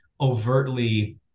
overtly